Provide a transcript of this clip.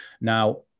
Now